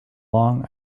long